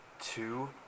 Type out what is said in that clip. Two